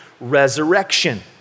resurrection